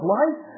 life